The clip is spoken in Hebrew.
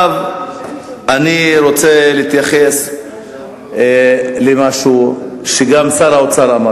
עכשיו אני רוצה להתייחס למשהו שגם שר האוצר אמר,